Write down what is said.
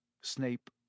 Snape